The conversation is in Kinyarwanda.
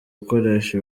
gukoresha